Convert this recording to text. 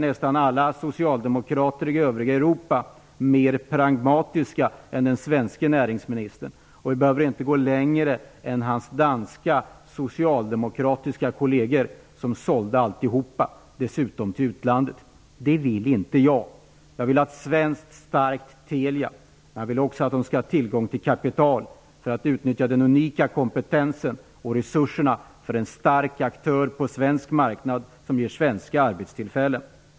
Nästan alla socialdemokrater i övriga Europa är uppenbarligen mer pragmatiska än den svenska näringsministern. Vi behöver inte gå längre än till hans danska socialdemokratiska kolleger som sålde alltihop till utlandet. Det vill inte jag. Jag vill ha ett svenskt starkt Telia. Men jag vill också att de skall ha tillgång till kapital för att utnyttja den unika kompetensen och resurserna hos en stark aktör på en svensk marknad. Detta ger svenska arbetstillfällen.